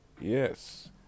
yes